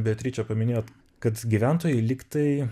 beatriče paminėjot kad gyventojai lyg tai